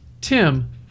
Tim